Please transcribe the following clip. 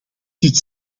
dit